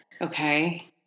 Okay